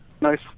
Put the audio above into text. nice